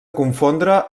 confondre